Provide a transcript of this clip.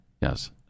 yes